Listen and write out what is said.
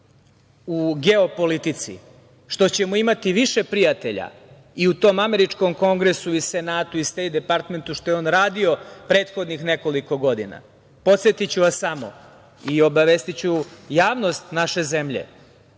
u geopolitici, što ćemo imati više prijatelja i u tom Američkom kongresu ili Senatu i Stejt Departmentu, što je on radio prethodnih nekoliko godina. Podsetiću vas samo i obavestiću javnost naše zemlje,